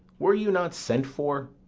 were you not sent for?